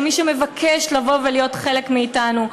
שמי שמבקש לבוא ולהיות חלק מאתנו,